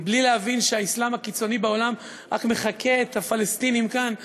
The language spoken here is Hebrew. בלי להבין שהאסלאם הקיצוני בעולם רק מחקה את הפלסטינים כאן,